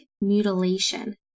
mutilation